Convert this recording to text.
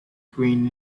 green